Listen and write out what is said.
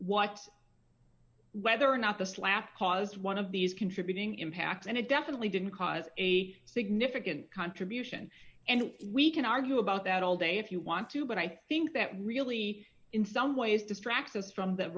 what whether or not the slap was one of these contributing impacts and it definitely didn't cause a significant contribution and we can argue about that all day if you want to but i think that really in some ways distract us from that